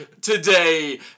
today